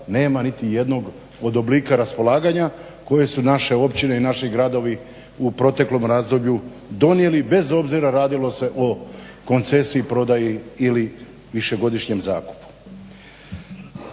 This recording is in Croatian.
nema nitijednog od oblika raspolaganja koje su naše općine i naši gradovi u proteklom razdoblju donijeli bez obzira radilo se o koncesiji, prodaji ili višegodišnjem zakupu.